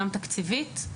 גם תקציבית.